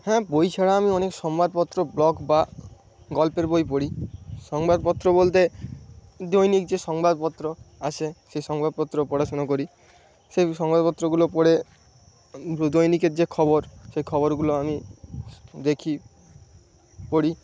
হ্যাঁ বই ছাড়া আমি অনেক সংবাদপত্র ব্লগ বা গল্পের বই পড়ি সংবাদপত্র বলতে দৈনিক যে সংবাদপত্র আসে সেই সংবাদপত্র পড়াশোনা করি সেই সংবাদপত্রগুলো পড়ে দৈনিকের যে খবর সেই খবরগুলো আমি দেখি পড়ি